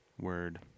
Word